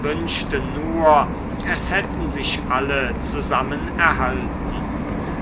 wünschte nur es hätten sich alle zusammen erhalten